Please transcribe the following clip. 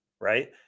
right